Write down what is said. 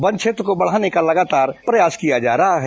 one क्षेत्र को बढ़ाने का लगातार प्रयास किया जा रहा है